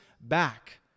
back